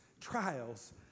trials